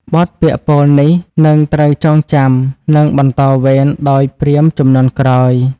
បទពាក្យពោលនេះនឹងត្រូវចងចាំ និងបន្តវេនដោយព្រាហ្មណ៍ជំនាន់ក្រោយ។